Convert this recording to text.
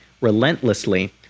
relentlessly